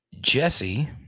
Jesse